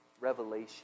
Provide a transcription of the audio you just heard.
revelation